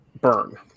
Burn